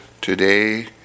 today